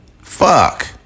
fuck